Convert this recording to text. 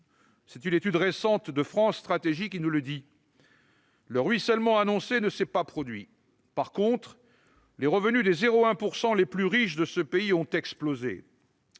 C'est une étude récente de France Stratégie qui nous le dit. Le ruissellement annoncé ne s'est pas produit. Par contre, les revenus des 0,1 % les plus riches de notre pays ont explosé.